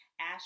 Ash